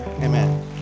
amen